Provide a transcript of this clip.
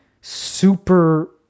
super